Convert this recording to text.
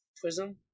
Prism